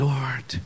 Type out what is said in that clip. Lord